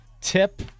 tip